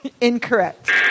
Incorrect